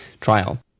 trial